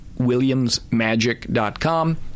Williamsmagic.com